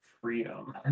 freedom